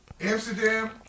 Amsterdam